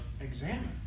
examine